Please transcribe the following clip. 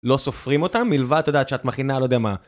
לא סופרים אותם, מלבד את יודעת שאת מכינה לא יודע מה